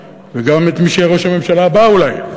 וגם את מי שיהיה ראש הממשלה הבא אולי.